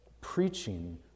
preaching